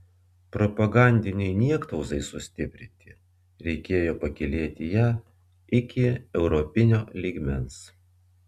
propagandinei niektauzai sustiprinti reikėjo pakylėti ją iki europinio lygmens